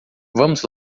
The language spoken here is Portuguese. vamos